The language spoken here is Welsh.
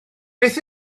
beth